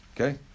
Okay